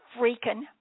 freaking